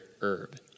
herb